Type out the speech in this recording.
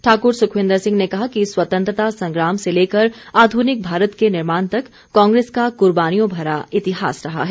ठाकुर सुखविंदर सिंह ने कहा कि स्वतंत्रता संग्राम से लेकर आधुनिक भारत के निर्माण तक कांग्रेस का कुर्बानियों भरा इतिहास रहा है